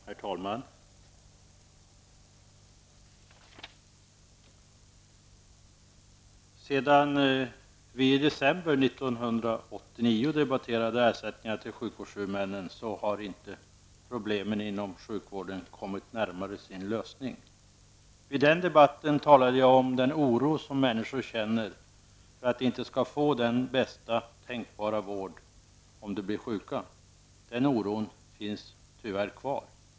Herr talman! Sedan vi i december 1989 debatterade ersättningarna till sjukvårdshuvudmännen har inte problemen inom sjukvården kommit närmare sin lösning. I den debatten talade jag om den oro som människor känner för att de inte skall få den bästa tänkbara vård om de blir sjuka. Den oron finns tyvärr kvar.